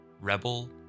Rebel